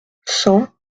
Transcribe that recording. cent